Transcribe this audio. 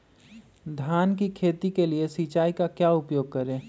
धान की खेती के लिए सिंचाई का क्या उपयोग करें?